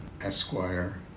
Esquire